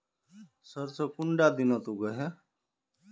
सरसों कुंडा दिनोत उगैहे?